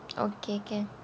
okay can